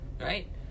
right